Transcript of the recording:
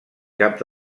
cap